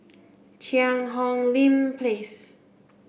Cheang Hong Lim Place